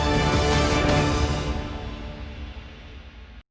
Дякую.